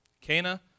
Cana